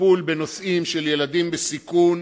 הטיפול בנושאים של ילדים בסיכון,